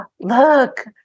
look-